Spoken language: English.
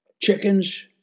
chickens